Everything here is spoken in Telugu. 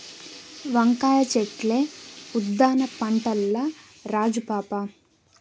వంకాయ చెట్లే ఉద్దాన పంటల్ల రాజు పాపా